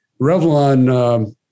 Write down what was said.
Revlon